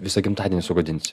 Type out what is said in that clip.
visą gimtadienį sugadinsi